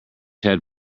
had